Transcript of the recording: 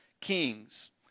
kings